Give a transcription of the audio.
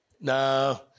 No